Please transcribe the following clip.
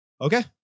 Okay